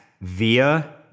via